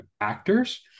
actors